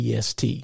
PST